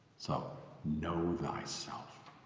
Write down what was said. so know thyself.